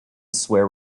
swear